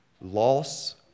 loss